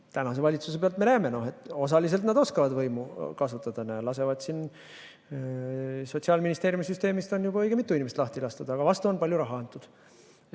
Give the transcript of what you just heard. Tänase valitsuse pealt me näeme, et osaliselt nad oskavad võimu kasutada, Sotsiaalministeeriumi süsteemist on juba õige mitu inimest lahti lastud, aga vastu on palju raha antud.